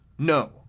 No